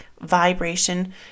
vibration